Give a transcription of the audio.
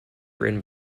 written